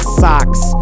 socks